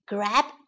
Grab